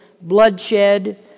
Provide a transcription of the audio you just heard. bloodshed